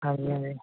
ਹਾਂਜੀ ਹਾਂਜੀ